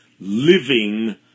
living